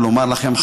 ולומר לכם,